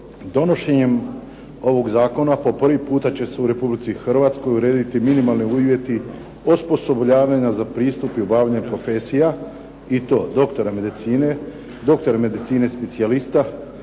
Donošenjem ovog zakona po prvi puta će se u Republici Hrvatskoj urediti minimalni uvjeti osposobljavanja za pristup i obavljanje profesija i to doktora medicine, doktora medicine specijalista,